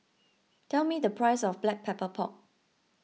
tell me the price of Black Pepper Pork